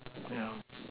yeah